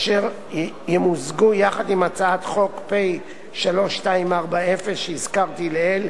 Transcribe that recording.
אשר ימוזגו יחד עם הצעת חוק פ/3240 שהזכרתי לעיל,